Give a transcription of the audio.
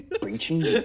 breaching